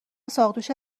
ساقدوشت